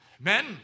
Men